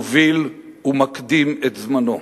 מוביל ומקדים את זמנו.